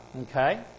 Okay